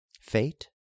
FATE